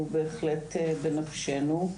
הוא בהחלט בנפשנו.